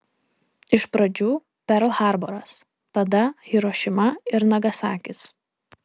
iš pradžių perl harboras tada hirošima ir nagasakis